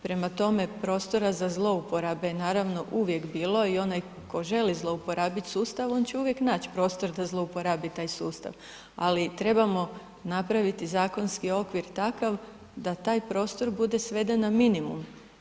Prema tome, prostora za zlouporabe je naravno uvijek bilo i onaj tko želi zlouporabiti sustav on će uvijek naći prostor da zlouporabi taj sustav, ali trebamo napraviti zakonski okvir takav da taj prostor bude sveden na minimum.